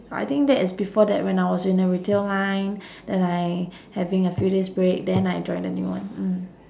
I think that is before that when I was in the retail line then I having a few days break then I join the new one mm